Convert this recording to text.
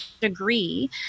degree